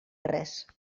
res